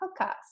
podcast